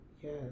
Yes